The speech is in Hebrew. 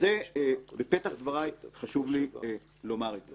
בפתח דבריי חשוב לי לומר את זה.